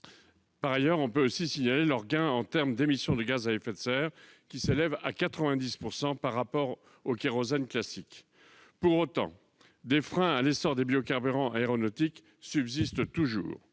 Par ailleurs, leurs gains en termes d'émissions de gaz à effet de serre s'élèvent à 90 % par rapport au kérosène classique. Pour autant, des freins à l'essor des biocarburants aéronautiques subsistent toujours.